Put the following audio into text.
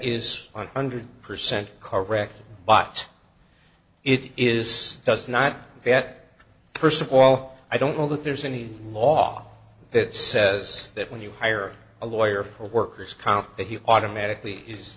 is one hundred percent correct but it is does not get st of all i don't know that there's any law that says that when you hire a lawyer for worker's comp that he automatically is